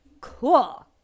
cool